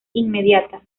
inmediata